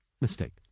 mistake